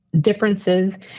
differences